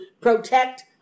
protect